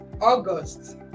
august